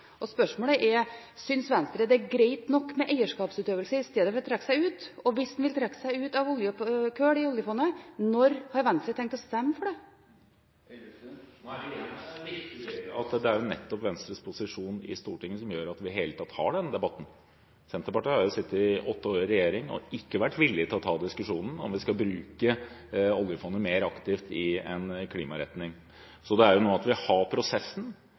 Spørsmålet er: Synes Venstre det er greit med eierskapsutøvelse i stedet for å trekke seg ut? Og hvis en vil trekke seg ut av kull i oljefondet: Når har Venstre tenkt å stemme for det? Det er nettopp Venstres posisjon i Stortinget som gjør at vi i det hele tatt har denne debatten. Senterpartiet har jo sittet åtte år i regjering og ikke vært villig til å ta diskusjonen om vi skal bruke oljefondet mer aktivt i en klimaretning. Så det at vi nå har den prosessen, er et utslag av valget i fjor. Venstre er godt fornøyd med at vi har